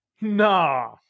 Nah